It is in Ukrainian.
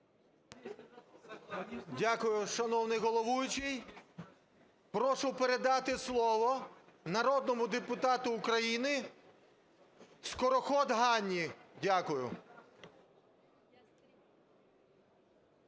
Дякую, шановний головуючий. Прошу передати слово народному депутату України Скороход Ганні. Дякую.